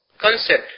concept